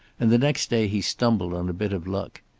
and the next day he stumbled on a bit of luck.